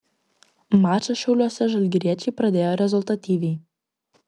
mačą šiauliuose žalgiriečiai pradėjo rezultatyviai